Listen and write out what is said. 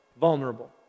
vulnerable